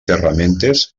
ferramentes